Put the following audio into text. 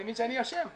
אני מבין שאני אשם.